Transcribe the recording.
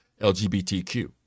LGBTQ